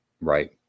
Right